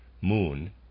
moon